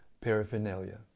paraphernalia